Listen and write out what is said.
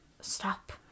stop